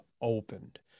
opened